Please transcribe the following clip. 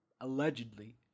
allegedly